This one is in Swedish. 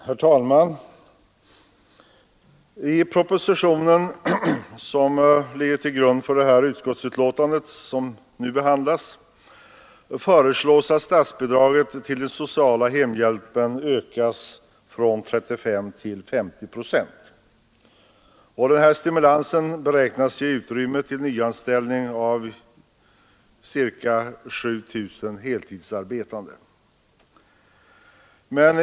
Herr talman! I den proposition som ligger till grund för det utskottsbetänkande som nu behandlas föreslås att statsbidraget till den sociala hemhjälpen ökas från 35 till 50 procent. Denna stimulans beräknas ge utrymme för nyanställning av ca 7 000 heltidsarbetande.